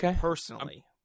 personally